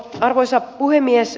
arvoisa puhemies